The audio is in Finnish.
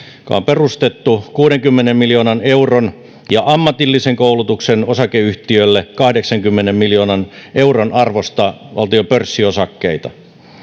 joka on perustettu kuudenkymmenen miljoonan euron arvosta ja ammatillisen koulutuksen osakeyhtiölle kahdeksankymmenen miljoonan euron arvosta valtion pörssiosakkeita